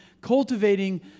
cultivating